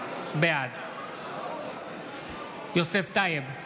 בעד יוסף טייב,